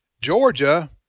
georgia